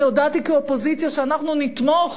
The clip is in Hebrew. אני הודעתי כאופוזיציה שאנחנו נתמוך